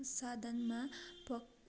साधनमा पक्